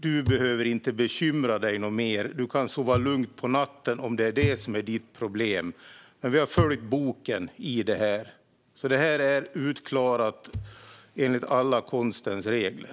Du behöver inte bekymra dig något mer utan kan sova lugnt om natten, om det är det som är ditt problem. Vi har följt boken i detta, så det här är utklarat enligt konstens alla regler.